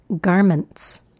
garments